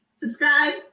subscribe